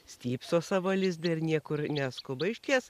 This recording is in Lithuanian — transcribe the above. stypso savo lizde ir niekur neskuba išties